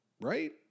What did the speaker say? Right